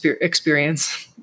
experience